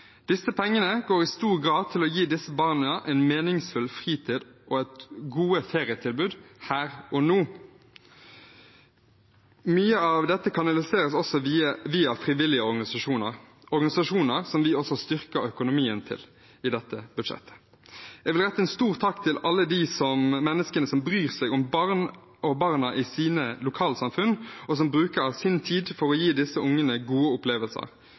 Disse pengene går i stor grad til å gi disse barna en meningsfull fritid og gode ferietilbud her og nå. Mye av dette kanaliseres også via frivillige organisasjoner, organisasjoner som vi også styrker økonomien til i dette budsjettet. Jeg vil rette en stor takk til alle de menneskene som bryr seg om barn og barna i sine lokalsamfunn, og som bruker av sin tid for å gi disse ungene gode opplevelser.